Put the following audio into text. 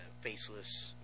faceless